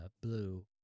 blue